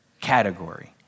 category